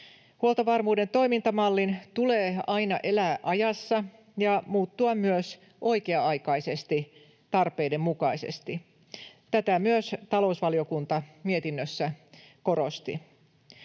Huoltovarmuuden toimintamallin tulee aina elää ajassa ja muuttua myös oikea-aikaisesti tarpeiden mukaisesti. Tätä myös talousvaliokunta mietinnössä korosti.